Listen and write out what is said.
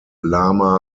lama